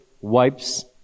wipes